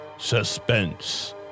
Suspense